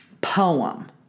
poem